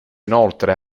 inoltre